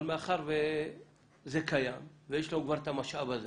אבל מאחר וזה קיים ויש לנו כבר את המשאב הזה